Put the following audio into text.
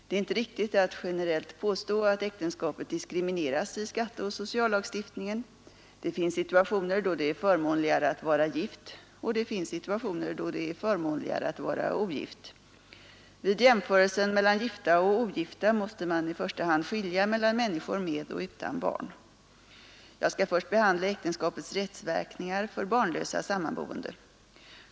Det är inte riktigt att generellt påstå att äktenskapet diskrimineras i skatteoch sociallagstiftningen. Det finns situationer då det är förmånligare att vara gift, och det finns situationer då det är förmånligare att vara ogift. Vid jämförelsen mellan gifta och ogifta måste man i första hand skilja mellan människor med och utan barn. Jag skall först behandla äktenskapets rättsverkningar för barnlösa sammanboende.